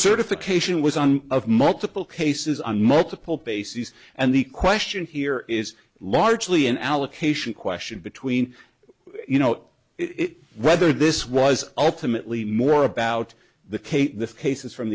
certification was on of multiple cases on multiple bases and the question here is largely an allocation question between you know whether this was ultimately more about the cape cases from